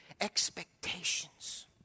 expectations